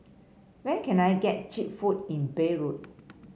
where can I get cheap food in Beirut